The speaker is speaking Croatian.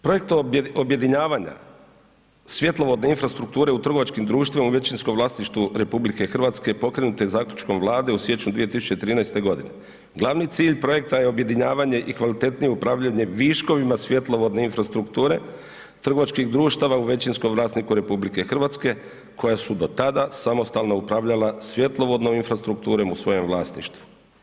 Projekt objedinjavanja svjetlovodne infrastrukture u trgovačkim društvima u većinskom vlasništvu RH pokrenute zaključkom Vlade u siječnju 2013. g. Glavni cilj projekta je objedinjavanje i kvalitetnije upravljanje viškovima svjetlovodne infrastrukture trgovačkih društava u većinskom vlasništvu RH koja su do tada samostalno upravljala svjetlovodnom infrastrukturom u svojem vlasništvu.